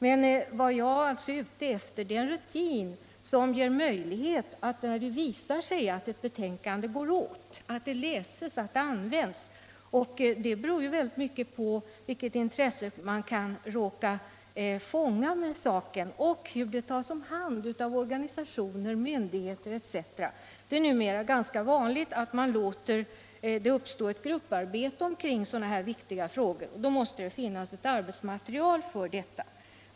Men vad jag är ute efter är en rutin som ger möjlighet att få fram ett tillräckligt antal betänkanden när det visar sig att ett betänkande går åt, att det läses och används, vilket i sin tur beror på hur stort intresse det väcker men också på hur det tas om hand av organisationer, myndigheter etc. Det är numera ganska vanligt att man stimulerar ett grupparbete i samband med remissbehandlingen, och då måste det finnas ett arbetsmaterial för detta.